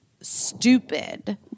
stupid